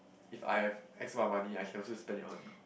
if I have extra money I can also spend it on